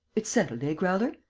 it's settled, ah, growler?